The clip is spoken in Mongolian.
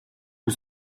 гэж